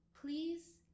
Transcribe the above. Please